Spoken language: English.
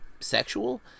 sexual